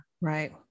Right